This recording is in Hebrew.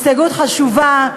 הסתייגות חשובה,